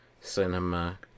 cinema